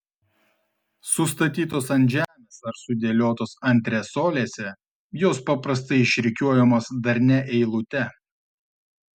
sustatytos ant žemės ar sudėliotos antresolėse jos paprastai išrikiuojamos darnia eilute